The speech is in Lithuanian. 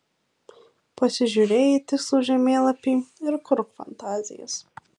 pasižiūrėjai į tikslų žemėlapį ir kurk fantazijas